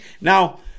now